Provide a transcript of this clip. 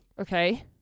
Okay